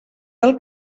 del